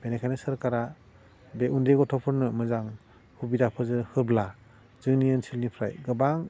बेनिखायनो सोरखारा बे उन्दै गथ'फोरनो मोजां सुबिदाखौ जों होब्ला जोंनि ओनसोलनिफ्राय गोबां